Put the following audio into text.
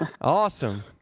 Awesome